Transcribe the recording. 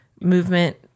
movement